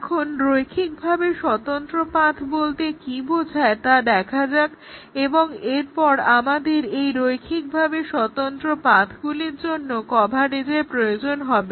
এখন রৈখিকভাবে স্বতন্ত্র পাথ্ বলতে কী বোঝায় তা দেখা যাক এবং এরপর আমাদের এই রৈখিকভাবে স্বতন্ত্র পাথগুলির জন্য কভারেজের প্রয়োজন হবে